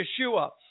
Yeshua